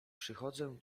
przychodzę